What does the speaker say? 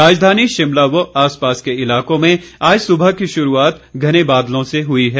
राजधानी शिमला व आसपास के इलाकों में आज सुबह की शुरूआत घने बादलों से हुई है